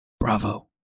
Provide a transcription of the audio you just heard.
Bravo